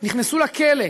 נכנסו לכלא,